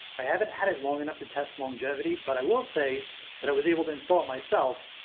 i haven't had it long enough to test longevity, but i will say that i was able to install it myself.